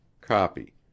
Copy